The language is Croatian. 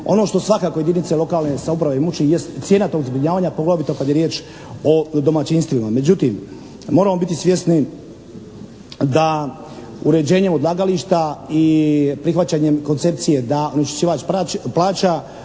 Ono što svakako jedinice lokalne samouprave muči, jest cijena tog zbrinjavanja, poglavito kad je riječ o domaćinstvima. Međutim, moramo biti svjesni da uređenjem odlagališta i prihvaćanjem koncepcije da onečišćivač plaća